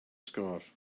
sgôr